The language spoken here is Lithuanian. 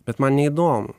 bet man neįdomu